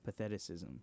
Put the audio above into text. Patheticism